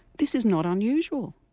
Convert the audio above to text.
this is not unusual.